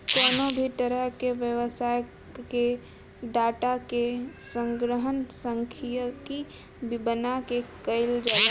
कवनो भी तरही के व्यवसाय कअ डाटा के संग्रहण सांख्यिकी बना के कईल जाला